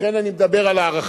לכן אני מדבר על הערכה,